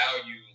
value